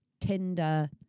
Tinder